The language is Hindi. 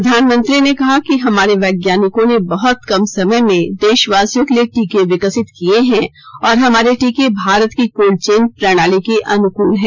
प्रधानमंत्री ने कहा कि हमारे वैज्ञानिकों ने बहुत कम समय में देशवासियों के लिए टीके विकसित किए हैं और हमारे टीके भारत की कोल्ड चेन प्रणाली के अनुकूल हैं